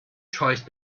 choice